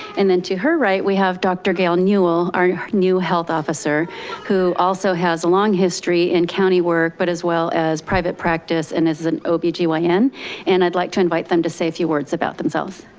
and then to her right, we have dr. gail newel, our new health officer who also has a long history in county work but as well as private practice and is an ob-gyn. yeah and i'd like to invite them to say a few words about themselves.